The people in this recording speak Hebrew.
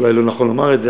אולי לא נכון לומר את זה,